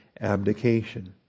abdication